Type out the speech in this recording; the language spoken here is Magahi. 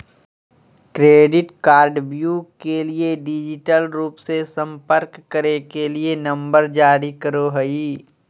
क्रेडिट कार्डव्यू के लिए डिजिटल रूप से संपर्क करे के लिए नंबर जारी करो हइ